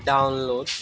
download